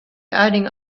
adding